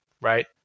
right